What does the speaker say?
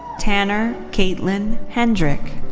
tanner katelyn hendrick.